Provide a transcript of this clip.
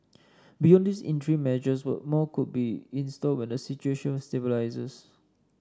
beyond these interim measures more could be in store when the situation stabilises